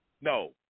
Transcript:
no